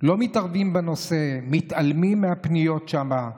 לא מתערבים בנושא, מתעלמים מהפניות שם.